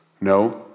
no